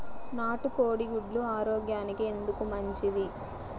నాటు కోడి గుడ్లు ఆరోగ్యానికి ఎందుకు మంచిది?